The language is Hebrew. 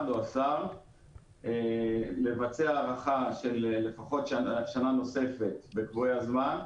או השר לבצע הארכה של לפחות שנה נוספת בקבועי הזמן.